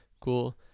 cool